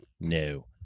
no